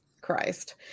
christ